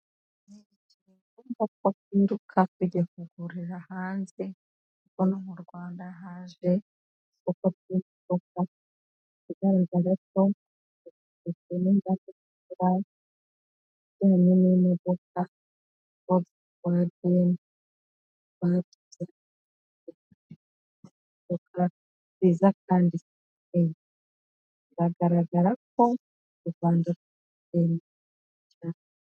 nikiri ngombwa ko mpinruka kujya guhurira hanze rwo no mu rwanda ha kuko cp op igaragaza tomtewe n'mbate ijyanye n'imodoka bost wavi bahagatse viza kandian biragaragara ko u rwanda rwagen cyane